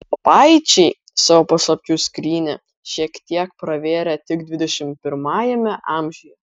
lopaičiai savo paslapčių skrynią šiek tiek pravėrė tik dvidešimt pirmajame amžiuje